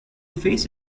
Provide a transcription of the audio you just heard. faced